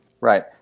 Right